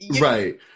Right